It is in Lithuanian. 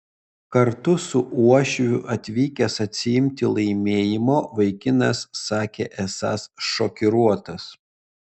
kartu su uošviu atvykęs atsiimti laimėjimo vaikinas sakė esąs šokiruotas